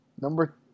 number